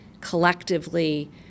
collectively